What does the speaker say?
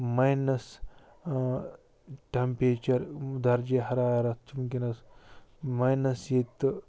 minus temperature درجے حرارت وُنکٮ۪نس مایَنس ییٚتہِ تہٕ